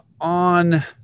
on